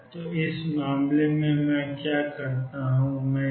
तो इस मामले में मैं क्या करता हूं कि मैं x0x0